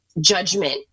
judgment